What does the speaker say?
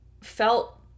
felt